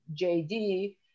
jd